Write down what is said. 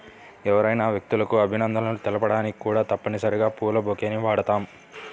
ఎవరైనా వ్యక్తులకు అభినందనలు తెలపడానికి కూడా తప్పనిసరిగా పూల బొకేని వాడుతాం